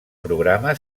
programa